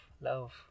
love